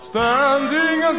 Standing